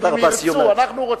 אם ירצו, אנחנו רוצים,